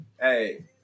Hey